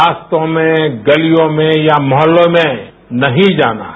रास्तों में गलियों में या मोहल्लों में नहीं जाना है